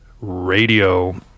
Radio